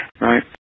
right